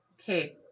okay